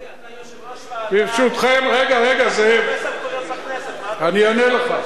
אורי, אתה יושב-ראש ועדה, רגע, אני אענה לך.